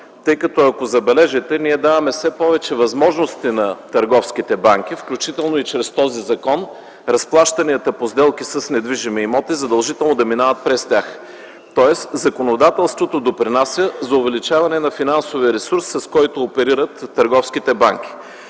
изостава. Забележете, че ние даваме все повече възможности на търговските банки, включително и чрез този закон, разплащанията със сделки с недвижими имоти задължително да минават през тях, тоест законодателството допринася за увеличаване на финансовия ресурс, с който оперират търговските банки.